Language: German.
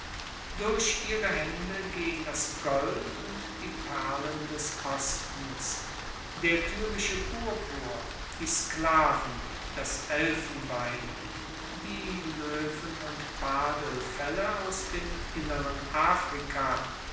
durch ihre haende gehen das gold und die perlen des ostens der tyrische purpur die sklaven das elfenbein die loewen und pardelfelle aus dem inneren afrika